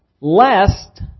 lest